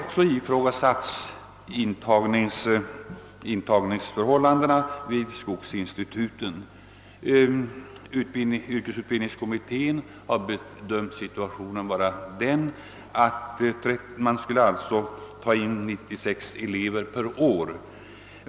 Även <intagningsförhållandena vid skogsinstituten har tagits upp här. Yrkesutbildningskommittén har bedömt situationen så att man skulle ta in 96 elever per år.